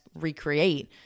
recreate